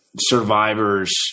survivors